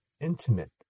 intimate